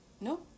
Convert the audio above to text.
No